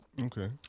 Okay